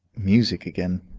music again,